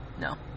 No